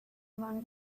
along